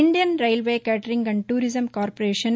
Indian railway catering and tourism corporation